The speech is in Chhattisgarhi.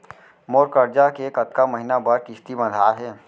मोर करजा के कतका महीना बर किस्ती बंधाये हे?